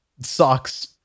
socks